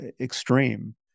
extreme